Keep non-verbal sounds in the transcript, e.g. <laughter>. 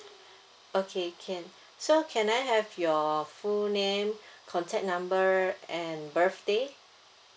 <breath> okay can so can I have your full name <breath> contact number and birthday